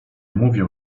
mówię